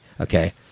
okay